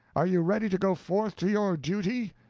are you ready to go forth to your duty?